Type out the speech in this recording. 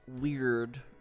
weird